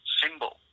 symbol